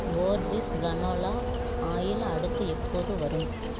Borges canola oil அடுத்து எப்போது வரும்